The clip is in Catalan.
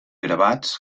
gravats